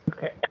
Okay